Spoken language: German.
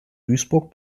duisburg